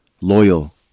loyal